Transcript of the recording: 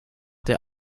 der